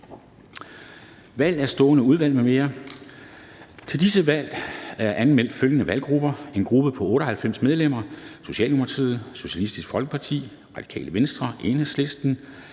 Dam Kristensen): Til disse valg er anmeldt følgende valggrupper: en gruppe på 98 medlemmer: Socialdemokratiet, Socialistisk Folkeparti, Radikale Venstre, Enhedslisten,